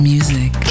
Music